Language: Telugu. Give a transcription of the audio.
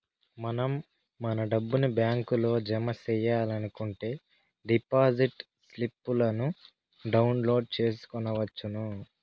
మనం మన డబ్బుని బ్యాంకులో జమ సెయ్యాలనుకుంటే డిపాజిట్ స్లిప్పులను డౌన్లోడ్ చేసుకొనవచ్చును